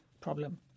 problem